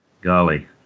golly